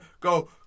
go